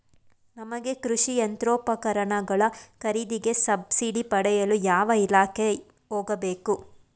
ನಮಗೆ ಕೃಷಿ ಯಂತ್ರೋಪಕರಣಗಳ ಖರೀದಿಗೆ ಸಬ್ಸಿಡಿ ಪಡೆಯಲು ಯಾವ ಇಲಾಖೆಗೆ ಹೋಗಬೇಕು?